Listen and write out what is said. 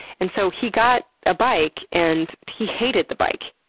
and so he got a bike, and he hated the bike.